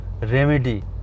remedy